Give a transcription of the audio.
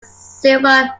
silver